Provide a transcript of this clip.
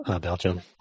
Belgium